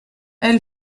elle